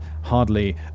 Hardly